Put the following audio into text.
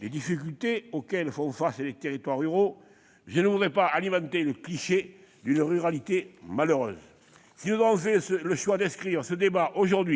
les difficultés auxquelles font face les territoires ruraux, je ne voudrais pas alimenter le cliché d'une ruralité malheureuse. Si nous avons fait le choix d'inscrire ce débat à l'ordre